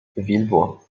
villebois